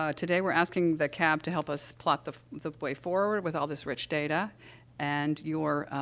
ah today, we're asking the cab to help us plot the the way forward with all this rich data and your,